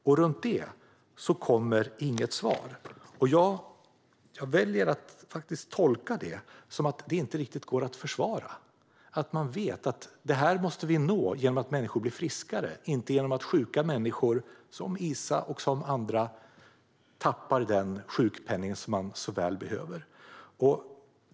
Om detta kommer inget svar, och jag väljer att tolka det som att det inte riktigt går att försvara - att man vet att detta måste nås genom att människor blir friskare och inte genom att sjuka människor, som Iza och andra, tappar den sjukpenning de så väl behöver.